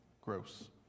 gross